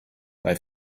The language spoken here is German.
bei